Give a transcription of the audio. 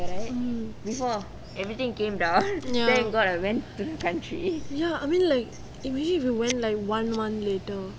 mm ya ya I mean like imagine you went like one month later